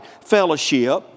fellowship